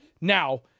Now